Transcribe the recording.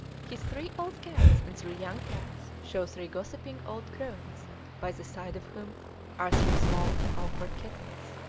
his three old cats and three young cats show three gossiping old crones by the side of whom are three small and awkward kittens.